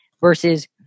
versus